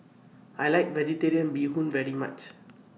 I like Vegetarian Bee Hoon very much